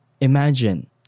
imagine